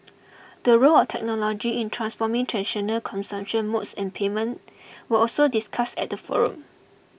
the role of technology in transforming traditional consumption modes and payment were also discussed at the forum